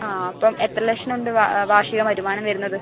ആ അപ്പം എത്ര ലക്ഷം ഉണ്ട് വാർഷിക വരുമാനം വരുന്നത്